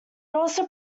also